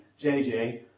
JJ